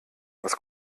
was